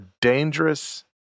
dangerous